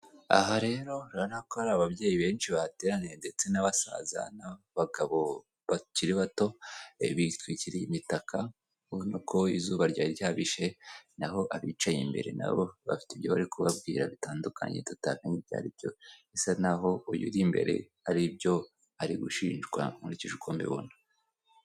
Aha rero urabona ko hari ababyeyi benshi bahateraniye ndetse n'abasaza n'abagabo bakiri bato bitwikiriye imitaka ubona ko izuba ryari ryabishe, naho abicaye imbere nabo bafite ibyo bari kubabwira bitandukanye tutamenye ibyo ari byo bisa n'aho uyu uri imbere hari ibyo ari gushinjwa nkurikije uko mbibona.